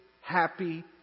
happy